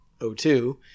O2